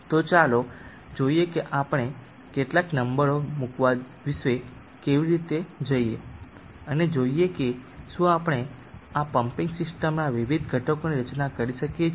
તો ચાલો જોઈએ કે આપણે કેટલાક નંબરો મૂકવા વિશે કેવી રીતે જઈએ અને જોઈએ કે શું આપણે આ પંમ્પિંગ સિસ્ટમના વિવિધ ઘટકોની રચના કરી શકીએ છીએ